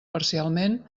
parcialment